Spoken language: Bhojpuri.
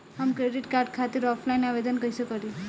हम क्रेडिट कार्ड खातिर ऑफलाइन आवेदन कइसे करि?